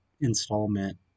installment